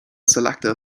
selector